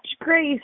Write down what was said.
grace